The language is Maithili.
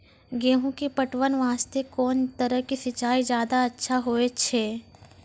गेहूँ के पटवन वास्ते कोंन तरह के सिंचाई ज्यादा अच्छा होय छै?